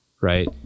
right